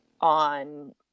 on